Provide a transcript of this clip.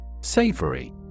Savory